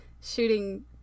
shooting